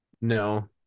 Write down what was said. No